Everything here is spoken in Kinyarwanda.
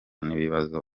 n’ibibazo